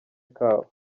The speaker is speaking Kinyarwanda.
kabo